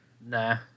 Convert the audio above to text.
Nah